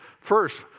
First